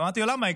אמרתי לו: למה?